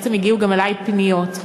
הגיעו גם אלי פניות,